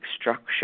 structure